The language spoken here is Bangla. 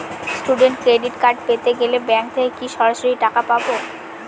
স্টুডেন্ট ক্রেডিট কার্ড পেতে গেলে ব্যাঙ্ক থেকে কি সরাসরি টাকা পাবো?